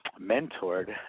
mentored